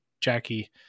Jackie